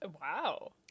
Wow